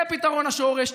זה פתרון השורש.